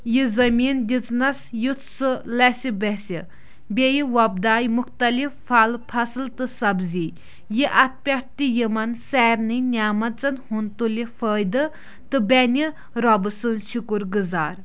یہِ زٔمیٖن دِژنَس یُتھ سُہ لسہِ بسہِ بیٚیہِ وۄپداو مُختلِف پھل فصٕل تہٕ سبزی یہِ اَتھ پٮ۪ٹھ تہِ یِمَن سارنٕے نیمژَن ہُنٛد تُلہِ فٲیدٕ تہٕ بیٚنہِ رۄبہٕ سٕنٛز شُکُر گُزار